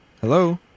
Hello